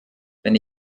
wenn